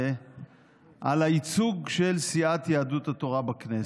על הייצוג של סיעת יהדות התורה בכנסת,